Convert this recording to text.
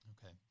Okay